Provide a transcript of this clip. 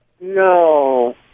No